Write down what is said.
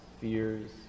fears